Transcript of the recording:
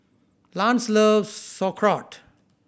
Lance loves Sauerkraut